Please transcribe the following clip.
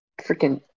freaking